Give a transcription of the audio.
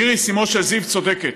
איריס, אימו של זיו, צודקת.